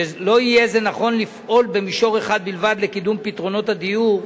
שלא יהיה נכון לפעול במישור אחד בלבד לקידום פתרונות הדיור,